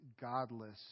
godless